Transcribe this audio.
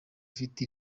ufite